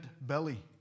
belly